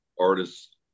artists